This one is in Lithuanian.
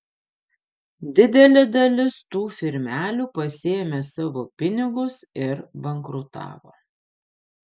didelė dalis tų firmelių pasiėmė savo pinigus ir bankrutavo